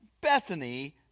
bethany